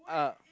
ah